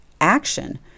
action